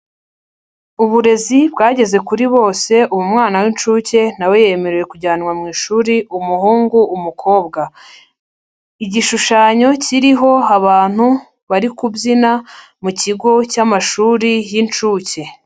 Uburezi bwageze kuri bose ubu umwana w'inshuke na we yemerewe kujyanwa mu ishuri umuhungu, umukobwa, igishushanyo kiriho abantu bari kubyina mu kigo cy'amashuri y'inshuke.